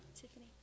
Tiffany